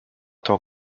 tant